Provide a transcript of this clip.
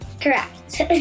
Correct